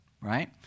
right